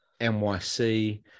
NYC